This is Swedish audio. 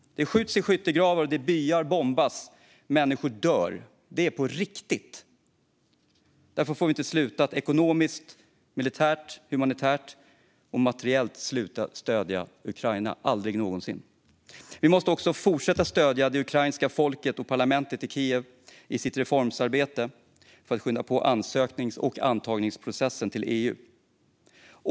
Det skjuts i skyttegravar, och byar bombas. Människor dör. Det är på riktigt. Därför får vi inte sluta att ekonomiskt, militärt, humanitärt och materiellt stödja Ukraina - aldrig någonsin. Vi måste också fortsätta att stödja det ukrainska folket och parlamentet i Kiev i deras reformarbete för att skynda på ansöknings och antagningsprocessen till EU.